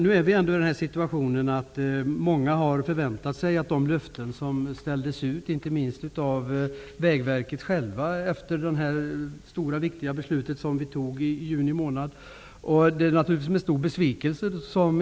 Nu är vi ändå i den situationen att många förväntar sig att de löften som avgavs efter det viktiga beslut riksdagen fattade i juni månad, inte minst av Vägverket självt, skall infrias.